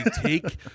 take